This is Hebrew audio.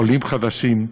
עולים חדשים,